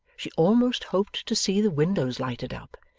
she almost hoped to see the windows lighted up,